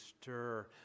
stir